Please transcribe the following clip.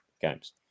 games